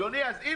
אז אם